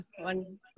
one